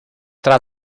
tra